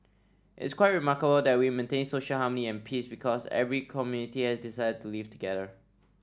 it is quite remarkable that we maintain social harmony and peace because every community has decided to live together